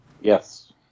Yes